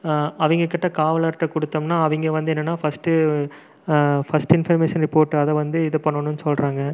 அவங்க கிட்ட காவலர்கிட்ட குடுத்தோம்னா அவங்க வந்து என்னன்னா ஃபஸ்ட்டு ஃபஸ்ட் இன்ஃபர்மேஷன் ரிப்போர்ட் அதை வந்து இது பண்ணணும்னு சொல்கிறாங்க